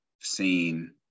seen